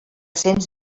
cents